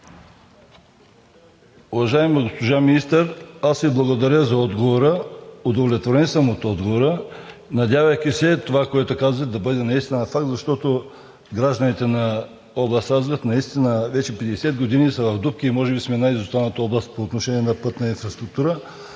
Уважаема госпожо Министър, аз Ви благодаря за отговора. Удовлетворен съм от отговора, надявайки се това, което казвате, да бъде наистина факт, защото гражданите на област Разград вече 50 години са в дупки и може би сме най-изостаналата област по отношение на пътна инфраструктура.